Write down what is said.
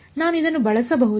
ನಾನು ಇದನ್ನು ಬಳಸಬಹುದೇ